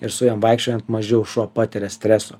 ir su jom vaikščiojant mažiau šuo patiria streso